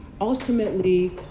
Ultimately